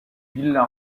villa